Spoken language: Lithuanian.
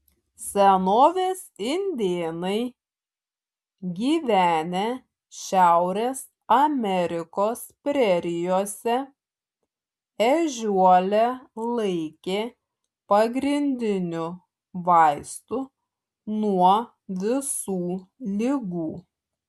senovės indėnai gyvenę šiaurės amerikos prerijose ežiuolę laikė pagrindiniu vaistu nuo visų ligų